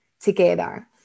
together